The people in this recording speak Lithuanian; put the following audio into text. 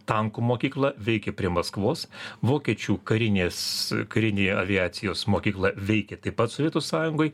tankų mokykla veikė prie maskvos vokiečių karinės karinė aviacijos mokykla veikė taip pat sovietų sąjungoj